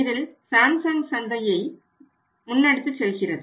இதில் சாம்சங் சந்தையை முன்னெடுத்துச் செல்கிறது